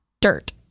Dirt